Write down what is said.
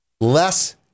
Less